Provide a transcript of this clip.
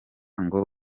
ngo